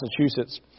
Massachusetts